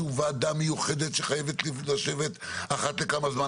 ועדה מיוחדת שחייבת לשבת אחת לכמה זמן,